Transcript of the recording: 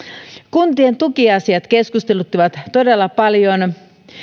kuntien tukiasiat keskusteluttivat todella paljon